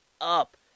up